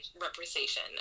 representation